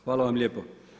Hvala vam lijepo.